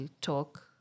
talk